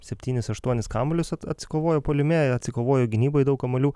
septynis aštuonis kamuolius at atsikovojo puolime atsikovojo gynyboj daug kamuolių